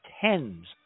tens